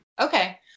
Okay